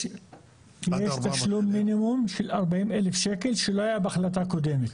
יש תשלום מינימום של 40 אף שקל שלא היה בהחלטה הקודמת.